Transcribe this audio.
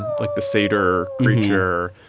like the cedar ranger,